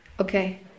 Okay